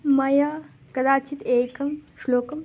मया कदाचित् एकः श्लोकः